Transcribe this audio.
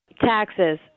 Taxes